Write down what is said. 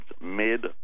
mid